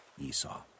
Esau